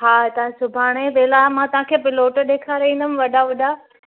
हा तव्हां सुभाणे पहिला मां तव्हां खे प्लॉट ॾिखारे ईंदमि वॾा वॾा